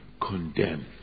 condemned